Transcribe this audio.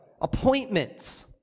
Appointments